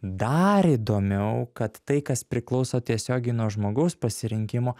dar įdomiau kad tai kas priklauso tiesiogiai nuo žmogaus pasirinkimo